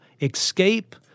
escape